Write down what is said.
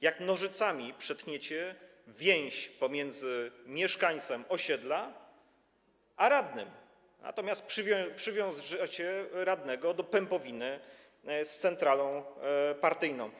Jak nożycami przetniecie więź pomiędzy mieszkańcem osiedla a radnym, natomiast przywiążecie radnego do pępowiny z centralą partyjną.